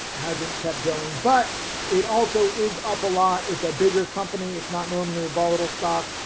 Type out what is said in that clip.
hasn't kept going, but it also is up a lot it's a bigger company, it's not normally a volatile stock.